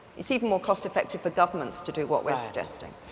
it's even more cost effective for governments to do what we're suggesting.